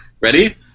Ready